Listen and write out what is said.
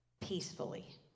peacefully